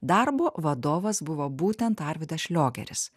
darbo vadovas buvo būtent arvydas šliogeris